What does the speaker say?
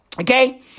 Okay